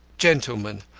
gentlemen,